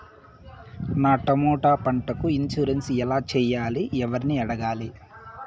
నా టమోటా పంటకు ఇన్సూరెన్సు ఎలా చెయ్యాలి? ఎవర్ని అడగాలి?